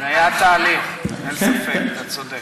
התחילה, זה היה תהליך, אין ספק, אתה צודק.